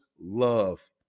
love